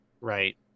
Right